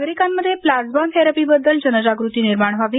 नागरिकांमध्ये प्लाझ्मा थेरपीबद्दल जनजागृती निर्माण व्हावी